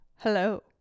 Hello